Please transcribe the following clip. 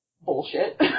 Bullshit